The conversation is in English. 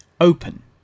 OPEN